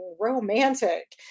romantic